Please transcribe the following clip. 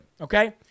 okay